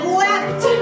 wept